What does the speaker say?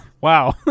Wow